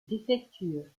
défectueux